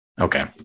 Okay